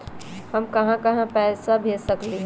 हम कहां कहां पैसा भेज सकली ह?